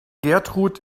gertrud